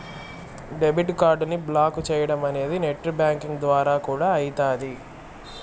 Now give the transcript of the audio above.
debit కార్డుని block చేయడమనేది net banking ద్వారా కూడా అయితాది